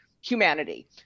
humanity